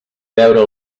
veure